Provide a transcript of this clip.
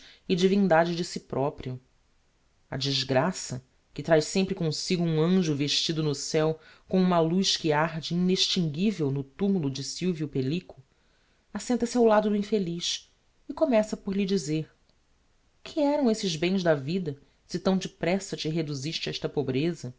e divindade de si proprio a desgraça que traz sempre comsigo um anjo vestido no céo com uma luz que arde inextinguivel no tumulo de silvio pellico assenta se ao lado do infeliz e começa por lhe dizer que eram esses bens da vida se tão depressa te reduziste a esta pobreza